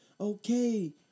Okay